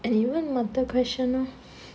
and even mountain question